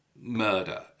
murder